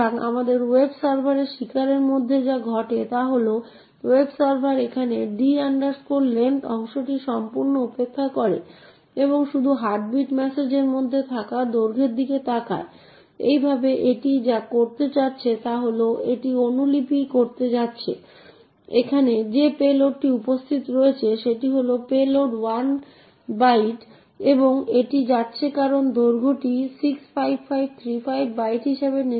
সুতরাং আমাদের ক্ষেত্রে এই মানটি মূলত s এর এড্রেস যা এখানে উপস্থিত রয়েছে এবং তাই printf এই বার্তাটি গ্লোবাল ভেরিয়েবল s এর সাথে সঙ্গতিপূর্ণ করে প্রিন্ট করবে সুতরাং স্ক্রিনে যা দেখা যাচ্ছে তা নির্দিষ্ট জাঙ্ক হবে